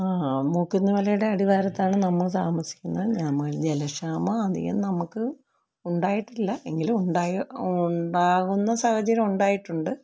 ആ മൂകുന്നിമലയുടെ അടിവാരത്താണ് നമ്മൾ താമസിക്കുന്നത് നാമ ജലക്ഷാമം അധികം നമുക്ക് ഉണ്ടായിട്ടില്ല എങ്കിലും ഉണ്ടായ ഉണ്ടാകുന്ന സാഹചര്യം ഉണ്ടായിട്ടുണ്ട്